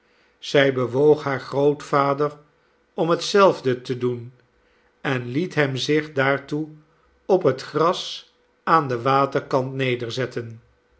zij bewoog haar grootvader om hetzelfde te doen en liet hem zich daartoe op het gras aan den waterkant